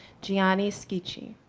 gianni schicchi.